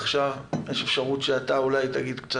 יש אפשרות שאתה אולי תתייחס.